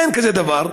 אין כזה דבר.